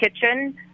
Kitchen